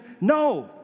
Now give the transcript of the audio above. No